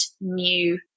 new